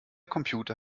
computer